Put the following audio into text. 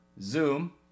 Zoom